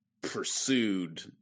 pursued